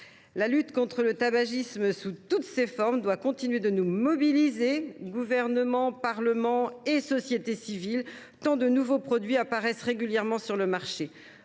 La lutte contre le tabagisme sous toutes ses formes doit continuer de nous mobiliser – Gouvernement, Parlement, société civile –, tant de nouveaux produits apparaissent régulièrement sur le marché.